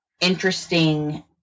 interesting